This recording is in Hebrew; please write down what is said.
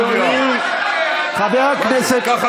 אדוני, ככה